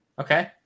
Okay